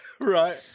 Right